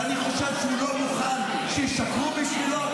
ואני חושב שהוא לא מוכן שישקרו בשבילו,